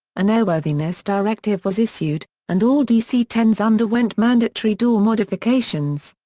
an airworthiness directive was issued, and all dc ten s underwent mandatory door modifications.